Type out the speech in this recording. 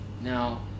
Now